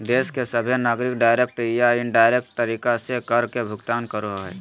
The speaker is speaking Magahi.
देश के सभहे नागरिक डायरेक्ट या इनडायरेक्ट तरीका से कर के भुगतान करो हय